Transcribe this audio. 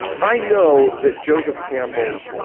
i know that joseph campbell's,